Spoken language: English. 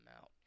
out